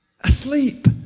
Asleep